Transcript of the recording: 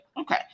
okay